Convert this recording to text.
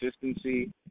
consistency